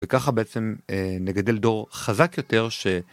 וככה בעצם נגדל דור חזק יותר ש